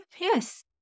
Yes